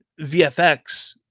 vfx